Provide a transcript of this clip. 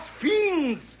fiends